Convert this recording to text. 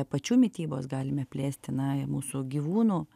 pačių mitybos galime plėsti na ir mūsų gyvūnų